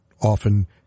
often